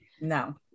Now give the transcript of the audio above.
no